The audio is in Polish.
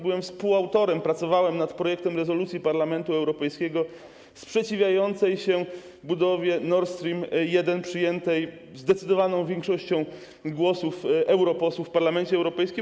Byłem współautorem, pracowałem nad projektem rezolucji Parlamentu Europejskiego sprzeciwiającej się budowie Nord Stream 1, przyjętej zdecydowaną większością głosów europosłów w Parlamencie Europejskim.